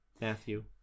Matthew